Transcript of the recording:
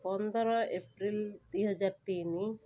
ପନ୍ଦର ଏପ୍ରିଲ ଦୁଇହଜାର ତିନି